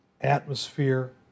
atmosphere